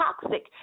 toxic